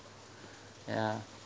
ya